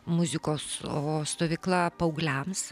muzikos o stovykla paaugliams